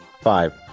Five